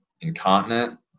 incontinent